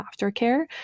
aftercare